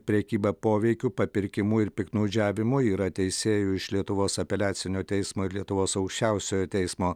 prekyba poveikiu papirkimu ir piktnaudžiavimu yra teisėjų iš lietuvos apeliacinio teismo ir lietuvos aukščiausiojo teismo